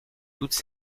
toutes